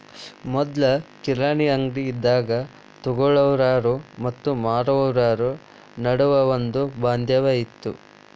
ಮೊದ್ಲು ಕಿರಾಣಿ ಅಂಗ್ಡಿ ಇದ್ದಾಗ ತೊಗೊಳಾವ್ರು ಮತ್ತ ಮಾರಾವ್ರು ನಡುವ ಒಂದ ಬಾಂಧವ್ಯ ಇತ್ತ